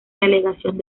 delegación